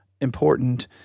important